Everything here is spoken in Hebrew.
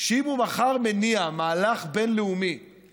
כי ראש הממשלה נתניהו יודע שאם הוא מחר מניע מהלך בין-לאומי כזה,